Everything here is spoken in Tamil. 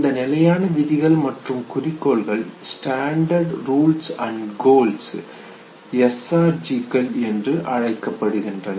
இந்த நிலையான விதிகள் மற்றும் குறிக்கோள்கள் standard rules and goals S R G -க்கள் என்று அழைக்கப்படுகின்றன